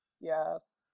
Yes